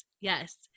Yes